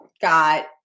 got